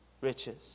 Riches